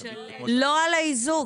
לא על האיזוק.